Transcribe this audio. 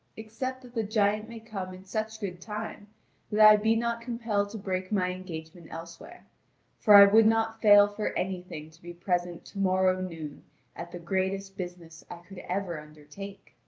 except that the giant may come in such good time that i be not compelled to break my engagement elsewhere for i would not fail for anything to be present to-morrow noon at the greatest business i could ever undertake.